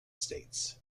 states